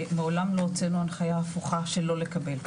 מעולם לא הוצאנו הנחייה הפוכה של לא לקבל,